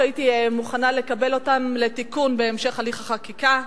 שהייתי מוכנה לקבל אותן לתיקון בהמשך הליך החקיקה.